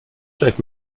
check